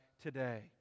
today